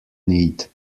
need